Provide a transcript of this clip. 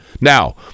Now